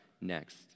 next